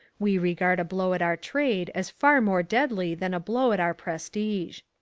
we regard a blow at our trade as far more deadly than a blow at our prestige.